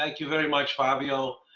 like you very much, fabio.